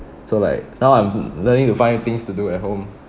so like now I'm learning to find things to do at home